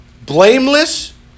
blameless